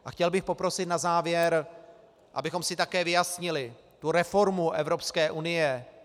A chtěl bych poprosit na závěr, abychom si také vyjasnili tu reformu Evropské unie.